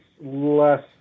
less